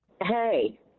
Hey